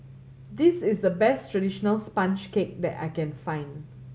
this is the best traditional sponge cake that I can find